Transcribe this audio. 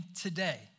today